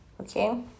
Okay